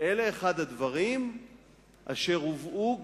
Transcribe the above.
זה אחד הדברים אשר הובאו גם,